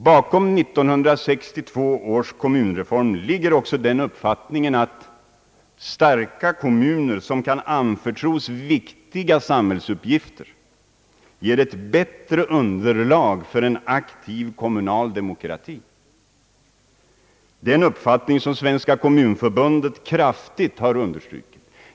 Bakom 1962 års kommunreform ligger också den uppfattningen att starka kommuner, som kan anförtros viktiga samhällsuppgifter, ger ett bättre underlag för en aktiv kommunal demokrati. Det är en uppfattning som Svenska kommunförbundet kraftigt har understrukit.